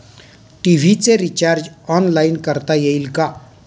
TV चे recharge online करता येईल का?